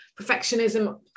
perfectionism